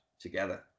together